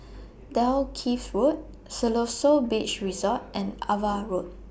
Dalkeith Road Siloso Beach Resort and AVA Road